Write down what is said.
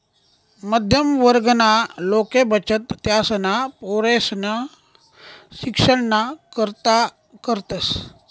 मध्यम वर्गना लोके बचत त्यासना पोरेसना शिक्षणना करता करतस